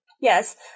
Yes